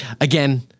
Again